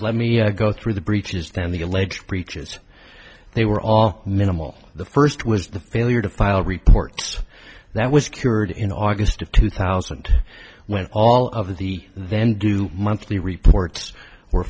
let me go through the breaches then the alleged breaches they were all minimal the first was the failure to file reports that was cured in august of two thousand when all of the then do monthly reports were